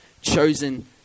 chosen